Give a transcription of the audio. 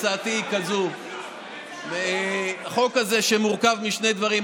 הצעתי היא כזאת: החוק הזה מורכב משני דברים.